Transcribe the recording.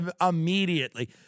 immediately